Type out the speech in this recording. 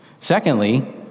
Secondly